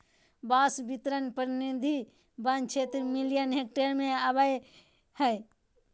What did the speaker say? बांस बितरण परिधि वन क्षेत्र मिलियन हेक्टेयर में अबैय हइ